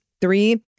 Three